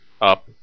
up